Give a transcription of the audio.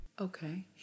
Okay